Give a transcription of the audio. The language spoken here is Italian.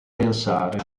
pensare